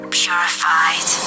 purified